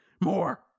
More